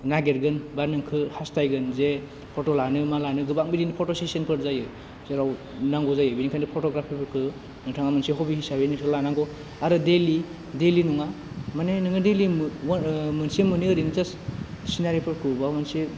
नागेरगोन बा नोंखौ हास्थायगोन जे फट' लानो मा लानो गोबां बिदिनो फट' सिसोनफोर जायो जेराव नांगौ जायो बिनिखायनो फट'ग्राफिफोरखौ नोंथाङा मोनसे हबि हिसाबै लानंगौ आरो डेलि नङा माने नोङो डेलि मोनसे मोनै ओरैनो जास्ट चिनारिफोरखौ बा मोनसे